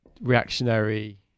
reactionary